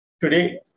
Today